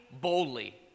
boldly